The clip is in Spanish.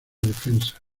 defensa